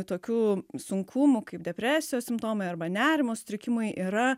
tokių sunkumų kaip depresijos simptomai arba nerimo sutrikimai yra